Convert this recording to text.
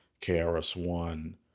KRS-One